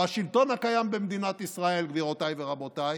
והשלטון הקיים במדינת ישראל, גבירותיי ורבותיי,